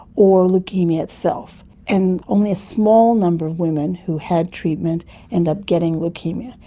or leukaemia itself. and only a small number of women who had treatment ended up getting leukaemia.